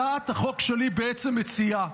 הצעת החוק שלי בעצם מציעה,